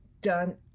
done